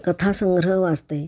कथासंग्रह वाचते